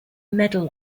medal